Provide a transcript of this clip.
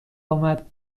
آمد